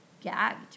gagged